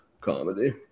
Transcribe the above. comedy